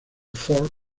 ford